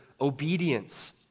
obedience